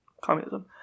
Communism